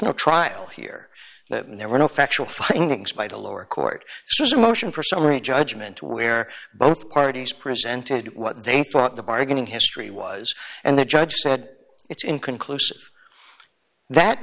no trial here that there were no factual findings by the lower court so was a motion for summary judgment where both parties presented what they thought the bargaining history was and the judge said it's inconclusive that